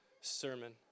sermon